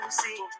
see